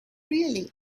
really